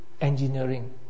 engineering